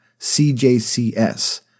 CJCS